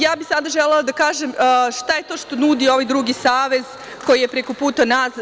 Ja bih sada želela da kažem šta je to što nudi ovaj drugi savez, koji je preko puta nas.